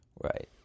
Right